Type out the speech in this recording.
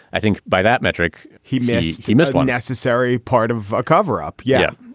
i think by that metric he missed he missed one accessory part of a cover up. yeah.